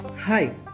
Hi